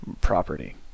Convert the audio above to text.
property